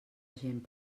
gent